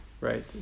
right